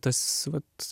tas vat